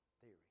theory